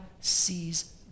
sees